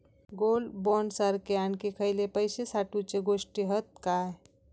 Gold bond सारखे आणखी खयले पैशे साठवूचे गोष्टी हत काय?